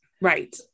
Right